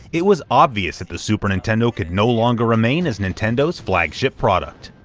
it was obvious that the super nintendo could no longer remain as nintendo's flagship product.